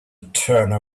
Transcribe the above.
turner